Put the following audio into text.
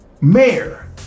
mayor